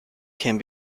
can